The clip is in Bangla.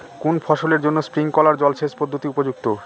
কোন ফসলের জন্য স্প্রিংকলার জলসেচ পদ্ধতি উপযুক্ত?